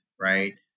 right